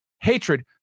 hatred